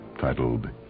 titled